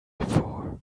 before